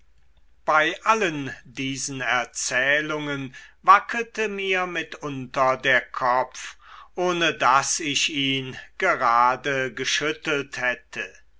bei allen diesen erzählungen wackelte mir mitunter der kopf ohne daß ich ihn gerade geschüttelt hätte